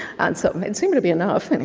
and so it seemed to be enough, and